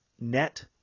net